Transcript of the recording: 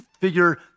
figure